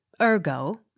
Ergo